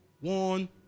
One